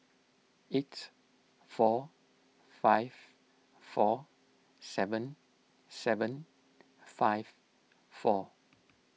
eight four five four seven seven five four